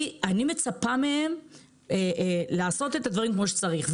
אני מצפה מהם לעשות את הדברים כפי שצריך.